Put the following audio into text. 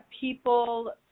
people